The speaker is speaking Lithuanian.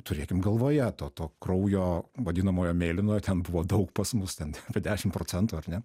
turėkim galvoje to to kraujo vadinamojo mėlynojo ten buvo daug pas mus ten apie dešim procentų ar ne